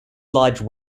large